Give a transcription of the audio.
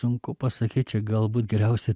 sunku pasakyt čia galbūt geriausia